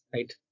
Right